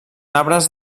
arbres